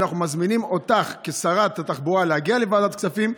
אנחנו מזמינים אותך כשרת התחבורה להגיע לוועדת הכספים,